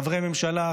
חברי ממשלה,